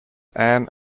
ann